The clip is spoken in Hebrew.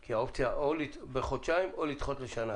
כי האופציה היא או לדחות בחודשיים או לדחות בשנה,